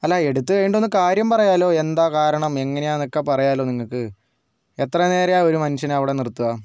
അല്ല എടുത്തു കഴിഞ്ഞിട്ടൊന്ന് കാര്യം പറയാലോ എന്താ കാരണം എങ്ങനെയാണ് എന്നൊക്കെ പറയാലോ നിങ്ങൾക്ക് എത്ര നേരം ഒരു മനുഷ്യനെ അവിടെ നിർത്തുക